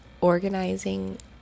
organizing